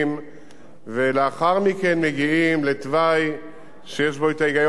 ולאחר מכן מגיעים לתוואי שיש בו ההיגיון התחבורתי,